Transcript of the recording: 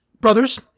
Brothers